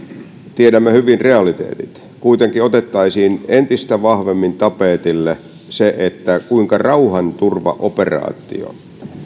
tiedämme hyvin realiteetit kuitenkin otettaisiin entistä vahvemmin tapetille se kuinka rauhanturvaoperaatio